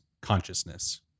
consciousness